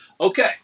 Okay